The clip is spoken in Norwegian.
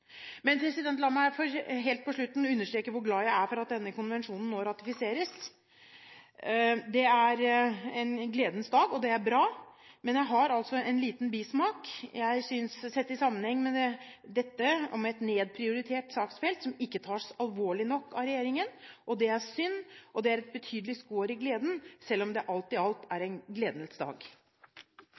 Men det er en liten bismak – sett i sammenheng med at dette vitner om et nedprioritert saksfelt som ikke tas alvorlig nok av regjeringen. Det er synd, og det er et betydelig skår i gleden selv om det alt i alt er en gledens dag.